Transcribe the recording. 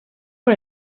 por